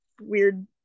weird